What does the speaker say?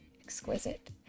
exquisite